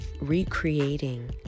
recreating